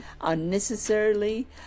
unnecessarily